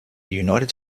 united